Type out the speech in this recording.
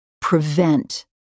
prevent